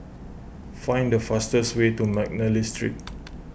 find the fastest way to McNally Street